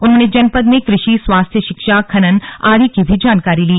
उन्होने जनपद में क्रषि स्वास्थ्य शिक्षा खनन आदि की भी जानकारी ली